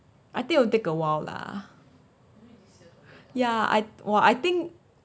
I think will take awhile lah ya I !wah! I think